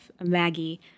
Maggie